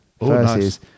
versus